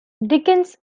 dickens